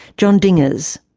john dinges.